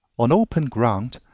on open ground,